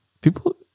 people